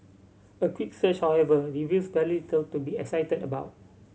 a quick search however reveals very little to be excited about